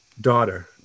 daughter